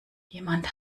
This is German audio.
jemand